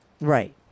right